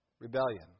Rebellion